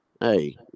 hey